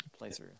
playthrough